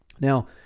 Now